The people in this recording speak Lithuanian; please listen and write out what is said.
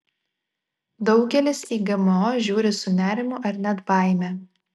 daugelis į gmo žiūri su nerimu ar net baime